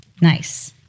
Nice